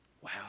Wow